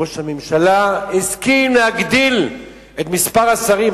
ראש הממשלה הסכים להגדיל את מספר השרים,